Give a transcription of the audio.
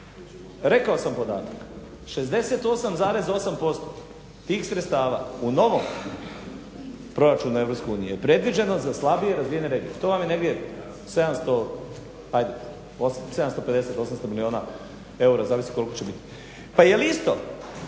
Rekao sam podatak. 68,8% tih sredstava u novom proračunu Europske unije je predviđeno za slabije razvijene regije. To je vam negdje 700, hajde 750, 800 milijuna eura zavisi koliko će bit. Pa je li isto